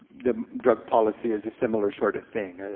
the drug policy is a similar sort of thing,